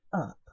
up